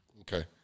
Okay